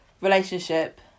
relationship